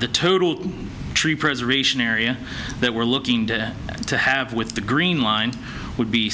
the total tree preservation area that we're looking to have with the green line would be